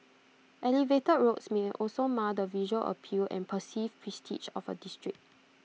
elevated roads may also mar the visual appeal and perceived prestige of A district